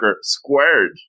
squared